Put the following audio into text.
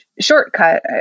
shortcut